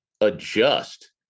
adjust